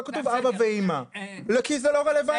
כתוב "אבא" ו"אימא" כי זה לא רלוונטי.